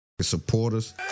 supporters